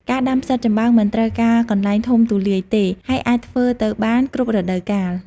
ការដាំផ្សិតចំបើងមិនត្រូវការកន្លែងធំទូលាយទេ ហើយអាចធ្វើទៅបានគ្រប់រដូវកាល។